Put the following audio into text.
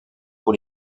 pour